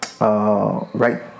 right